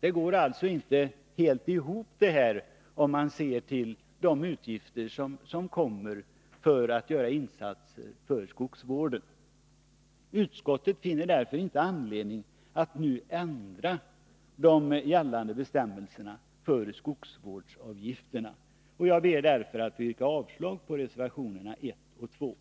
Det här går alltså inte riktigt ihop, om man ser på de utgifter som kommer till för insatser för skogsvården. Utskottet finner därför inte anledning att nu ändra de gällande bestämmelserna för skogsvårdsavgifterna. Jag ber att få yrka avslag på reservationerna 1 och 2.